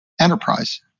enterprise